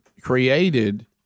created